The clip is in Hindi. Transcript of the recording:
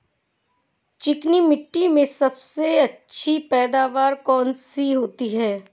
चिकनी मिट्टी में सबसे अच्छी पैदावार कौन सी होती हैं?